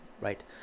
Right